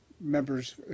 members